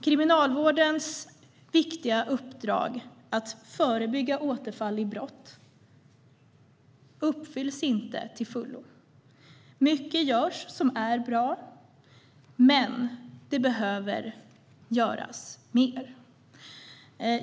Kriminalvårdens viktiga uppdrag att förebygga återfall i brott uppfylls inte till fullo. Mycket görs som är bra, men det behöver göras mer.